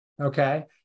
okay